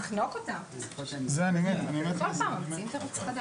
להתחיל את דיוני השכר ולכן הם אמורים להתחיל עכשיו.